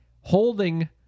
holding